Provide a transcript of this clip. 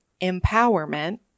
empowerment